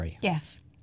Yes